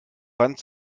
wand